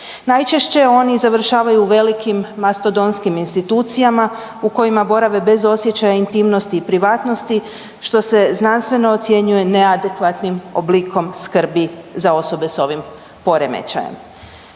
Najčešće oni završavaju u velikim mastodontskim institucijama u kojima borave bez osjećaja intimnosti i privatnosti što se znanstveno ocjenjuje neadekvatnim oblikom skrbi za osobe s ovim poremećajem.